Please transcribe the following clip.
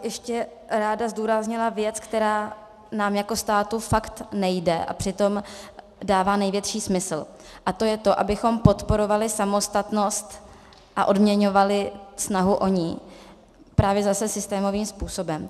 Ještě bych ráda zdůraznila věc, která nám jako státu fakt nejde a přitom dává největší smysl, a to je to, abychom podporovali samostatnost a odměňovali snahu o ni právě zase systémovým způsobem.